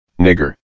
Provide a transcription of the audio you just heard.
nigger